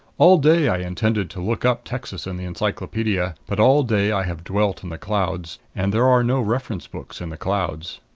all day i intended to look up texas in the encyclopedia. but all day i have dwelt in the clouds. and there are no reference books in the clouds.